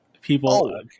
people